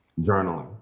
journaling